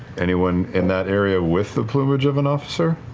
anyone in that area with the plumage of an officer?